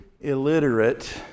illiterate